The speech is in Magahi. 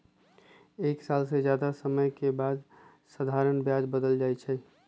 एक साल से जादे समय के बाद साधारण ब्याज बदल जाई छई